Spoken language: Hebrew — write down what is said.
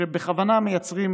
שמייצרים